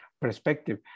perspective